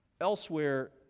Elsewhere